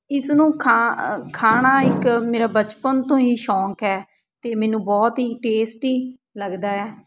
ਇਸ ਨੂੰ ਖਾ ਖਾਣਾ ਇੱਕ ਮੇਰਾ ਬਚਪਨ ਤੋਂ ਹੀ ਸ਼ੌਕ ਹੈ ਅਤੇ ਮੈਨੂੰ ਬਹੁਤ ਹੀ ਟੇਸਟੀ ਲੱਗਦਾ ਹੈ